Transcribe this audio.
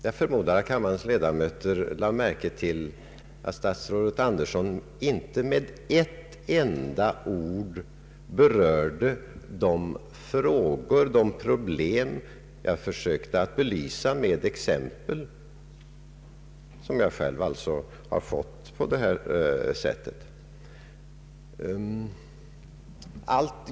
Jag förmodar att kammarens ledamöter lade märke till att statsrådet Andersson inte med ett enda ord berörde de problem som jag försökte belysa med exempel, vilka jag själv alltså har inhämtat på angivet sätt.